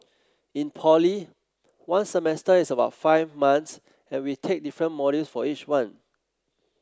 in poly one semester is about five months and we take different modules for each one